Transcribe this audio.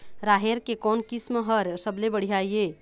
राहेर के कोन किस्म हर सबले बढ़िया ये?